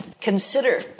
consider